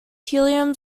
helium